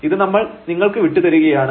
ഇത് നമ്മൾ നിങ്ങൾക്ക് വിട്ടു തരികയാണ്